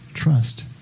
trust